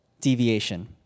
deviation